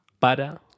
para